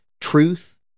Truth